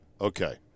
Okay